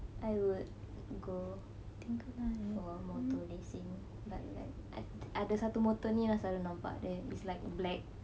I would go for motor lesen but like ada satu motor ni saya selalu nampak dia black it's like black